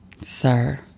Sir